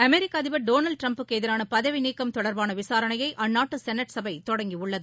அமெரிக்க அதிபர் Donald Trump க்கு எதிரான பதவி நீக்கம் தொடர்பான விசாரணையை அந்நாட்டு செனட் சபை தொடங்கியுள்ளது